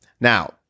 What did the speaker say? Now